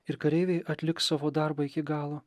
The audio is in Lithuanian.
ir kareiviai atliks savo darbą iki galo